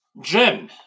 Jim